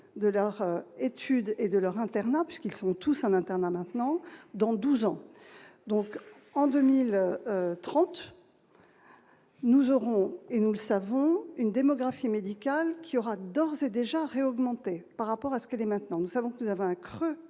de leurs études et de leur internat puisqu'ils sont tous à l'internat maintenant dans 12 ans donc en 2030. Nous aurons et nous le savons, une démographie médicale qui aura d'ores et déjà augmenter par rapport à ce qu'elle est maintenant nous savons que nous à vaincre